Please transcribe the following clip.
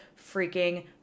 freaking